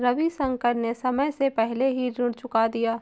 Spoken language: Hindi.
रविशंकर ने समय से पहले ही ऋण चुका दिया